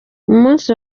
umunsi